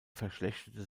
verschlechterte